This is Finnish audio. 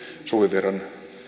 suvivirren